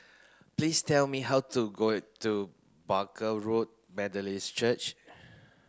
please tell me how to to Barker Road Methodist Church